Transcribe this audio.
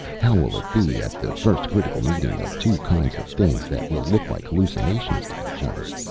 how will it be at the first critical meeting of two kinds of things that will look like hallucinations to each other?